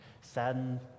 saddened